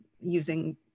using